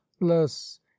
less